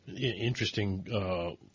Interesting